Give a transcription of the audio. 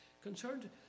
concerned